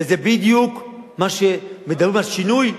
וזה בדיוק מה שמדברים על שינוי,